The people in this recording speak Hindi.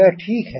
यह ठीक है